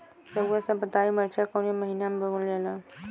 रउआ सभ बताई मरचा कवने महीना में बोवल जाला?